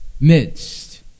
midst